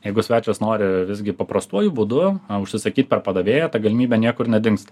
jeigu svečias nori visgi paprastuoju būdu užsisakyt per padavėją ta galimybė niekur nedingsta